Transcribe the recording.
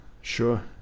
Sure